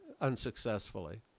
unsuccessfully